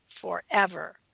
Forever